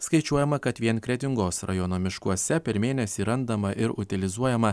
skaičiuojama kad vien kretingos rajono miškuose per mėnesį randama ir utilizuojama